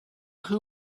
who